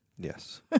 Yes